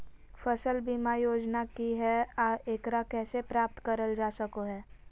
फसल बीमा योजना की हय आ एकरा कैसे प्राप्त करल जा सकों हय?